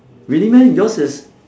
really meh yours is